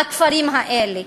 בכפרים האלה,